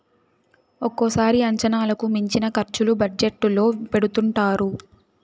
ఒక్కోసారి అంచనాలకు మించిన ఖర్చులు బడ్జెట్ లో పెడుతుంటారు